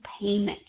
payment